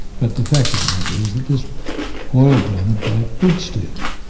but the fact of the matter is that this oilburner bloke did steal it.